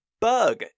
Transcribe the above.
bug